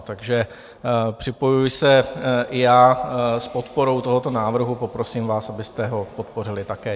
Takže se připojuji i já s podporou tohoto návrhu a poprosím vás, abyste ho podpořili také.